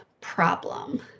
problem